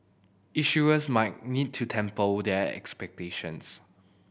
issuers might need to temper their expectations